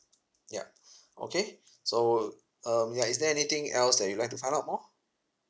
yup okay so um ya is there anything else that you'd like to find out more